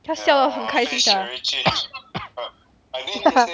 她笑到很开心 sia